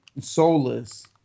soulless